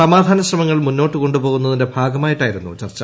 സമാധാന ശ്രമങ്ങൾ മുന്നോട്ടുകൊണ്ടുപോകുന്നതിന്റെ ഭാഗമായിട്ടായിരുന്നു ചർച്ച